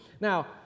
Now